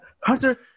Hunter